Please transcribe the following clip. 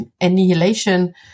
annihilation